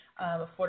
Affordable